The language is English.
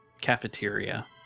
cafeteria